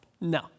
No